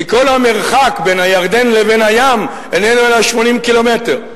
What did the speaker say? כי כל המרחק בין הירדן לבין הים איננו אלא 80 קילומטר,